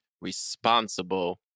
responsible